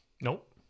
nope